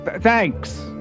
Thanks